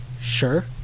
Sure